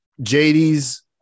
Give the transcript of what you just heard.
jd's